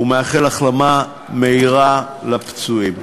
ומאחל החלמה מהירה לפצועים.